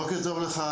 בוקר טוב לך,